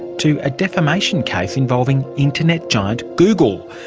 to a defamation case involving internet giant google.